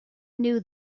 knew